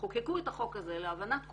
כשחוקקו את החוק הזה, להבנת כולם,